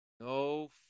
No